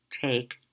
take